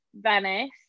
Venice